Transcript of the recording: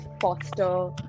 foster